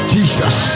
Jesus